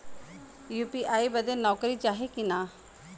UPI बदे नौकरी चाही की ना?